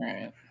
right